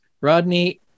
Rodney